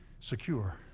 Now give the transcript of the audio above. secure